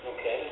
Okay